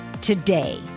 today